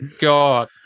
God